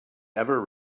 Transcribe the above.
ever